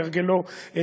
כהרגלו,